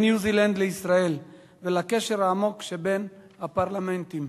ניו-זילנד לישראל ולקשר העמוק שבין הפרלמנטים.